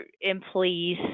employees